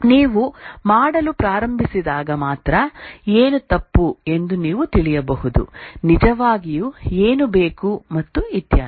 ನೀವು ಮಾಡಲು ಪ್ರಾರಂಭಿಸಿದಾಗ ಮಾತ್ರ ಏನು ತಪ್ಪು ಎಂದು ನೀವು ತಿಳಿಯಬಹುದು ನಿಜವಾಗಿಯೂ ಏನು ಬೇಕು ಮತ್ತು ಇತ್ಯಾದಿ